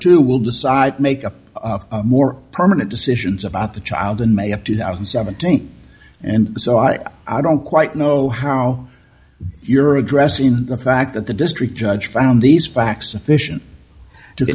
two will decide to make a more permanent decisions about the child in may of two thousand and seventeen and so i don't quite know how you're address in the fact that the district judge found these facts efficient to